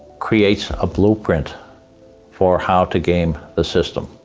creates a blueprint for how to game the system.